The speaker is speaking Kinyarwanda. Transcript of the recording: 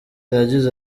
yagize